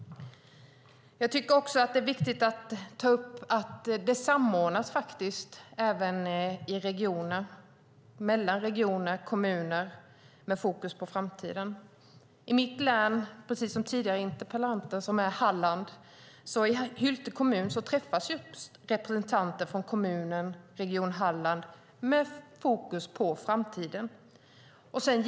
Jag tycker att det är viktigt att ta upp att det samordnas även i regioner och mellan regioner och kommuner med fokus på framtiden. I mitt och den tidigare interpellantens län, Halland, träffas i Hylte kommun representanter från kommunen och Region Halland med fokus på framtiden.